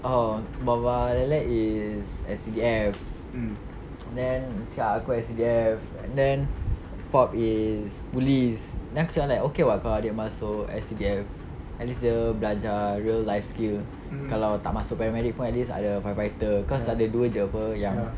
oh baba lele is S_C_D_F then macam aku S_C_D_F and then pop is police then aku macam like okay [what] kalau adik masuk S_C_D_F at least dia belajar real life skills kalau tak masuk paramedic pun at least ada firefighter cause ada dua jer [pe] yang